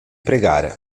pregare